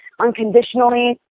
unconditionally